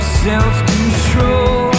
Self-control